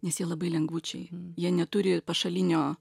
nes jie labai lengvučiai jie neturi pašalinio